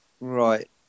Right